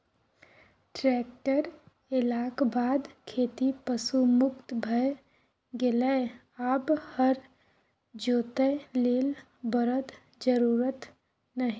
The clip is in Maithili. ट्रेक्टर एलाक बाद खेती पशु मुक्त भए गेलै आब हर जोतय लेल बरद जरुरत नहि